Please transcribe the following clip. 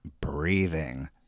breathing